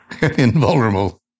invulnerable